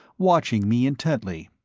watching me intently.